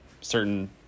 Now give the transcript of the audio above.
certain